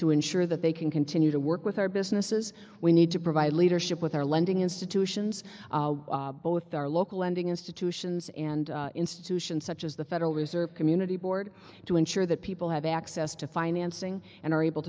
to ensure that they can continue to work with our businesses we need to provide leadership with our lending institutions both our local lending institutions and institutions such as the federal reserve community board to ensure that people have access to financing and are able